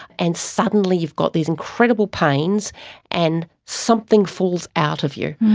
and suddenly you've got these incredible pains and something falls out of you.